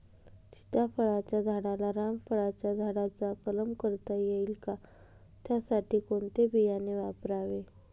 सीताफळाच्या झाडाला रामफळाच्या झाडाचा कलम करता येईल का, त्यासाठी कोणते बियाणे वापरावे?